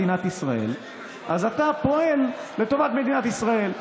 ואז אתה פועל לטובת מדינת ישראל,